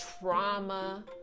trauma